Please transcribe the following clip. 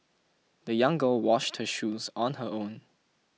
the young girl washed her shoes on her own